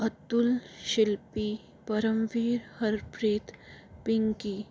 Atul Shilpi Paramvir Harpreet Pinky